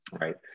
right